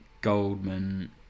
Goldman